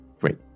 Great